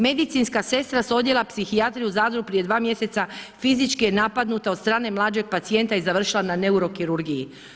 Medicinska sestra sa odjela psihijatrije u Zadru prije 2 mjeseca fizički je napadnuta od strane mlađeg pacijenta i završila na neurokirurgiji.